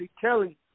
Kelly